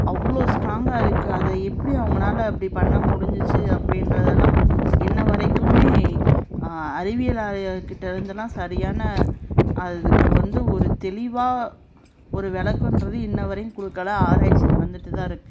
அவ்வளோ ஸ்ட்ராங்காக இருக்குது அதை எப்படி அவங்கனால அப்படி பண்ண முடிஞ்சிச்சு அப்படின்றதெல்லாம் இன்ன வரைக்கும் அறிவியல் கிட்ட இருந்தெலாம் சரியான அதுக்கு வந்து ஒரு தெளிவாக ஒரு விளக்கம்ன்றது இன்ன வரையும் கொடுக்கல ஆராய்ச்சி நடந்துகிட்டு தான் இருக்குது